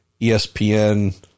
ESPN